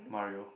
Mario